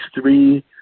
three